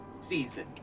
season